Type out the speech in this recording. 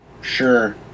sure